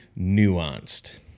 nuanced